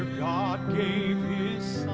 god gave